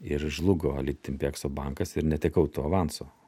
ir žlugo litimpekso bankas ir netekau to avanso